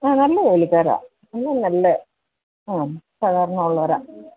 ആ നല്ല ജോലിക്കാരാണ് എല്ലാം നല്ല ആ സാധാരണയുള്ളവരാണ്